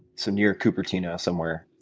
so, near cupertino somewhere?